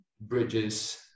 bridges